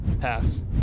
Pass